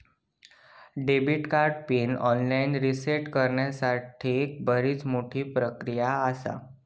debit card pin online reset करण्यासाठीक बरीच मोठी प्रक्रिया आसा